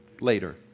later